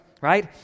right